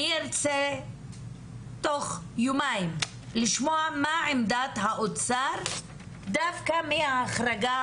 אני ארצה תוך יומיים לשמוע מה עמדת האוצר דווקא מההחרגה